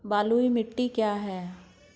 बलुई मिट्टी क्या है?